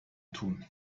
tun